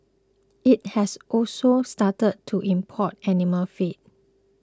it has also started to import animal feed